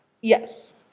Yes